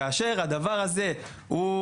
לא ברור למה הדבר הזה הגיע.